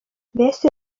mbese